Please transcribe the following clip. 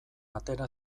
atera